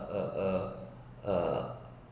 err err err